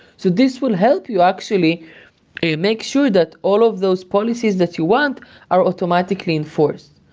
so this will help you actually make sure that all of those policies that you want are automatically enforced.